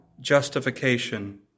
justification